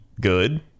good